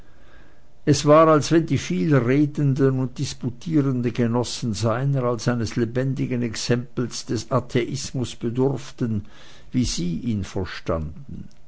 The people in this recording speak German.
es war als wenn die viel redenden und disputierenden genossen seiner als eines lebendigen exempels des atheismus bedurften wie sie ihn verstanden